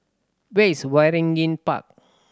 where is Waringin Park